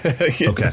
Okay